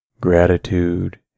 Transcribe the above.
Gratitude